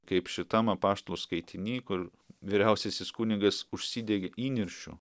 kaip šitam apaštalų skaitiny kur vyriausiasis kunigas užsidegė įniršiu